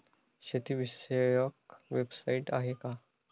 शेतीविषयक वेबसाइट आहे का?